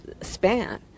span